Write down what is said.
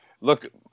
look